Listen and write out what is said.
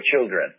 children